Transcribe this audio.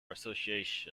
association